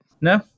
No